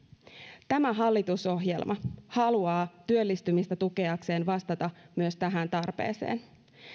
tämä hallitusohjelma haluaa työllistymistä tukeakseen vastata myös tähän tarpeeseen